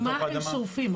תגיד מה הם שורפים?